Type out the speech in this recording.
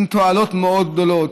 עם תועלות מאוד גדולות,